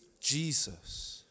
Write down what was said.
Jesus